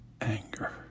anger